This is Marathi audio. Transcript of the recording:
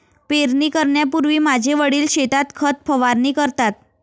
पेरणी करण्यापूर्वी माझे वडील शेतात खत फवारणी करतात